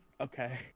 Okay